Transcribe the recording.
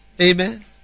Amen